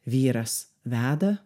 vyras veda